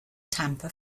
tampa